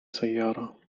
سيارة